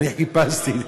אני חיפשתי.